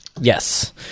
yes